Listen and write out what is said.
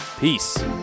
Peace